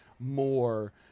more